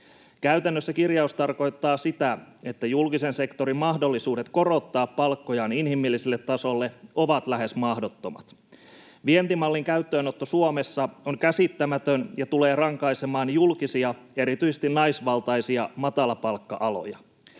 Käytännössä kirjaus tarkoittaa sitä, että julkisen sektorin mahdollisuudet korottaa palkkojaan inhimilliselle tasolle ovat lähes mahdottomat. Vientimallin käyttöönotto Suomessa on käsittämätön ja tulee rankaisemaan julkisia, erityisesti naisvaltaisia, matalapalkka-aloja.